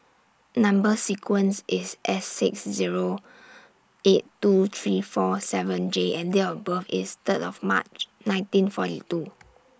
Number sequence IS S six Zero eight two three four seven J and Date of birth IS Third of March nineteen forty two